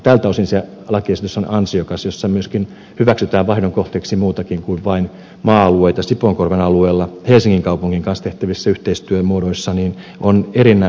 tältä osin se lakiesitys on ansiokas että hyväksytään vaihdon kohteeksi myöskin muutakin kuin vain maa alueita sipoonkorven alueella helsingin kaupungin kanssa tehtävissä yhteistyömuodoissa